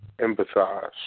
empathize